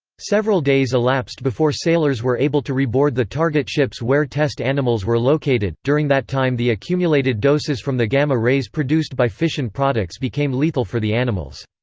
several days elapsed before sailors were able to reboard the target ships where test animals were located during that time the accumulated doses from the gamma rays produced by fission products became lethal for the animals.